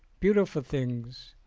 beautiful things!